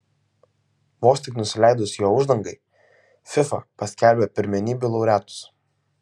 vos tik nusileidus jo uždangai fifa paskelbė pirmenybių laureatus